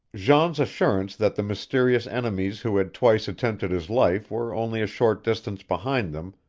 jean's assurance that the mysterious enemies who had twice attempted his life were only a short distance behind them,